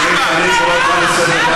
גם את, חברת הכנסת ורבין.